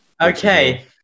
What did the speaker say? Okay